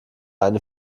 eine